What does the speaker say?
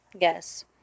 Yes